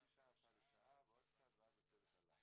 חצי שעה הפכה לשעה, ועוד קצת, ואז הצוות עלה.